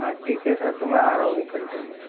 हाँ ठीक है सर तो मैं आ रहा हूँ एक घंटे में